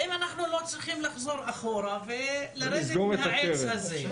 האם אנחנו לא צריכים לחזור אחורה ולרדת מהעץ הזה?